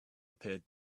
appeared